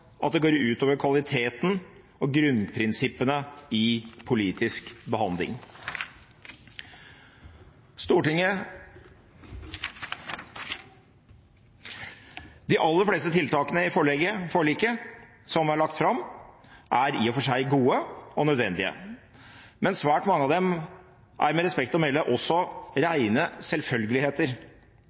at det går ut over kvaliteten og grunnprinsippene i politisk behandling. De aller fleste tiltakene i forliket som er lagt fram, er i og for seg gode og nødvendige, men svært mange av dem er – med respekt å melde – også rene selvfølgeligheter.